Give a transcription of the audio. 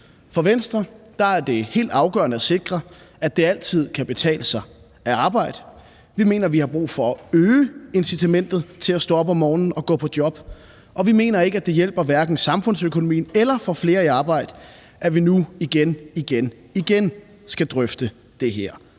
For Venstre er det helt afgørende at sikre, at det altid kan betale sig at arbejde. Vi mener, vi har brug for at øge incitamentet til at stå op om morgenen og gå på job, og vi mener ikke, at det hverken hjælper samfundsøkonomien eller får flere i arbejde, at vi nu igen igen skal drøfte det her